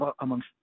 amongst